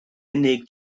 unig